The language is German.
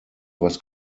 was